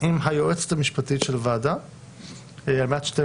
היועצת המשפטית של הוועדה על מנת שתיתן